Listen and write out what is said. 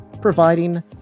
providing